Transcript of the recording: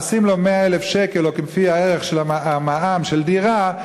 לשים לו 100,000 שקל או כפי הערך של המע"מ של דירה.